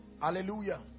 Hallelujah